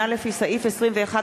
חנא סוייד ועפו